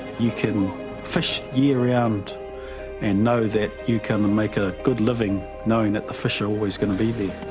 you can fish year round and know that you can and make a good living knowing that the fish are always going to be there.